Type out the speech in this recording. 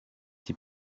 die